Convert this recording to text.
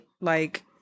like-